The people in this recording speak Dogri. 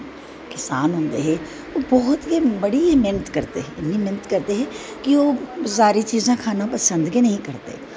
किसान होंदे हे बौह्त गै बड़ा मेह्नत करदे हे इन्नी मेह्नत करदे हे कि ओह् बज़ारू चीज़ां खाना पसंद गै नेंई हे करदे